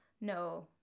No